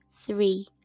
three